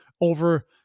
over